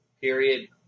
Period